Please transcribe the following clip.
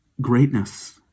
greatness